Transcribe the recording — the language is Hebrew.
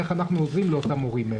איך אנחנו עוזרים לאותם הורים.